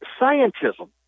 Scientism